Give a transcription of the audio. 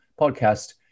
podcast